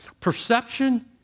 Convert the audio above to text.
perception